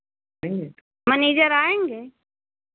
manager आएँगे